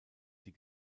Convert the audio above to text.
die